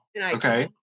okay